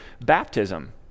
baptism